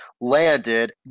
landed